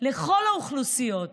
לכל האוכלוסיות.